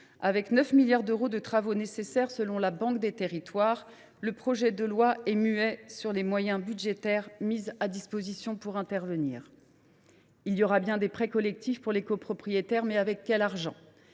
: 9 milliards d’euros de travaux seraient nécessaires, selon la Banque des territoires, mais le projet de loi est muet sur les moyens budgétaires mis à disposition pour intervenir. Il y aura bien des prêts collectifs pour les copropriétaires, mais avec quel argent ?